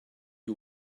you